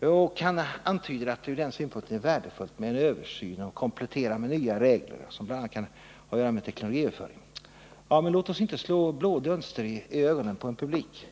då. Han antyder att det ur den synpunkten är värdefullt med översyn och komplettering av lagen med nya regler som bl.a. kan ha att göra med teknologiöverföring. Låt oss inte försöka slå blå dunster i ögonen på publiken!